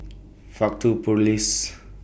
Faktu Police